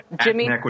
Jimmy